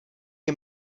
jej